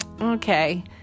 okay